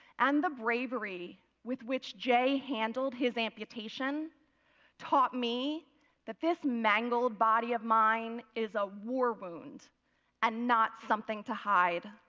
and the bravery with which jay handled his amputation taught me that this mangled body of mine is a war wound and not something to hide.